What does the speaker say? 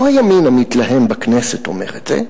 לא הימין המתלהם בכנסת אומר את זה,